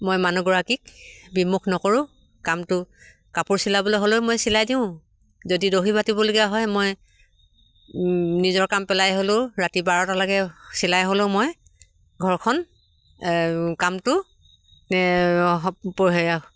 মই মানুহগৰাকীক বিমুখ নকৰোঁ কামটো কাপোৰ চিলাবলৈ হ'লেও মই চিলাই দিওঁ যদি দহি বাতিবলগীয়া হয় মই নিজৰ কাম পেলাই হ'লেও ৰাতি বাৰটালৈকে চিলাই হ'লেও মই ঘৰখন কামটো সম হেয়া